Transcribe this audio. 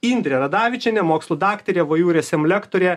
indrė radavičienė mokslų daktarė vu ir ism lektorė